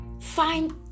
find